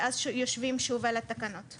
ואז יושבים שוב על התקנות.